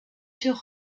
sur